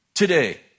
Today